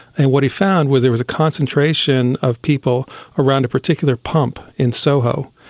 and what he found was there was a concentration of people around a particular pump in soho.